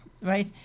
right